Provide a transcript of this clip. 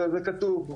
זה כתוב.